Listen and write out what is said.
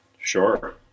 Sure